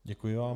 Děkuji vám.